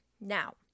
Now